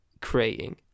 creating